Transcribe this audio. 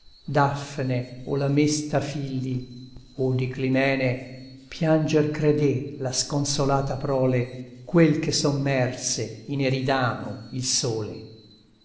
dafne o la mesta filli o di climene pianger credè la sconsolata prole quel che sommerse in eridano il sole